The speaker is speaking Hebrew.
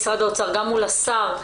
האוצר, גם מול השר,